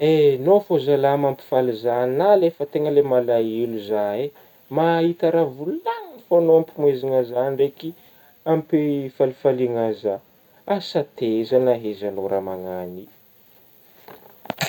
Haigno fô zalahy mampifaly zah na le fa tegna le malaelo zah eh mahita raha volagnina fô agnao ampihomezagna zah ndraiky ampifalifaliagna zah, ansa teiza nahaizagnao raha magnano io.